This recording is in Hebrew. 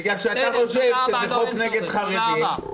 בגלל שאתה חושב שזה חוק נגד חרדים.